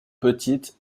petite